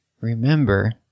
remember